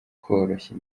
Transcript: koroshya